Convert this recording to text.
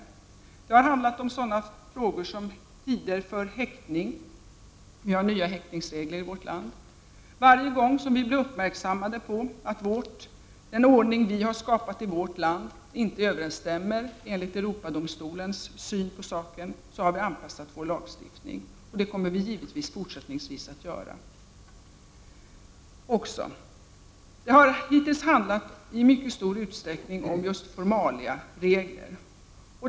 Det har t.ex. handlat om sådana frågor som tider för häktning; vi har nu nya häktningsregler i vårt land. Varje gång vi blir uppmärksammade på att den ordning vi har skapat i vårt land inte överensstämmer med Europakonventionen enligt Europadomstolens syn på saken, har vi anpassat vår lagstiftning. Det kommer vi givetvis att göra även fortsättningsvis. Det har hittills i mycket stor utsträckning handlat om just formaliaregler.